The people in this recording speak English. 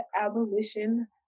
abolition